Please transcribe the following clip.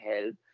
help